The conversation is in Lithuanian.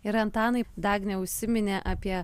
ir antanai dagnė užsiminė apie